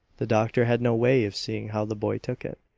the doctor had no way of seeing how the boy took it,